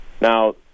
Now